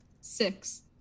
Six